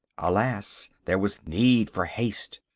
alas! there was need for haste,